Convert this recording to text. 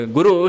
Guru